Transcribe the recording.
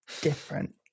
different